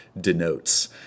denotes